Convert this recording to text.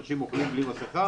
אומרים: אנשים אוכלים בלי מסכה,